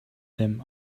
them